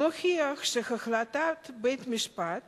מוכיח שהחלטת בית-המשפט